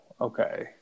okay